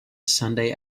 sunday